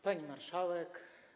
Pani Marszałek!